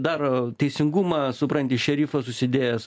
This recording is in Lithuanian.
daro teisingumą supranti šerifas užsidėjęs